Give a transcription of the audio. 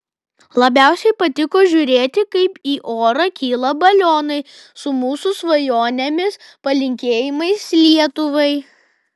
labiausiai patiko žiūrėti kaip į orą kyla balionai su mūsų svajonėmis palinkėjimais lietuvai